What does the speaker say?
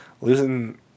losing